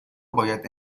باید